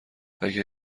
اگه